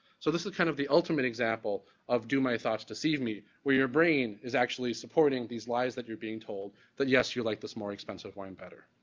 so, this is kind of the ultimate example of, do my thoughts deceive me, where your brain is actually supporting these lies that you're being told that yes you like this more expensive wine better.